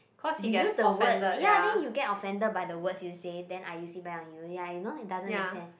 you use the words then you get offended by the words you say then I use it back on you ya you know it doesn't make sense